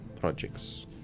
projects